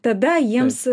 tada jiems